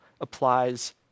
applies